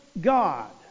God